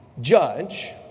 judge